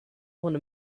want